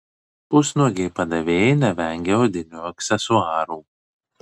pusnuogiai padavėjai nevengia odinių aksesuarų